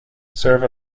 serve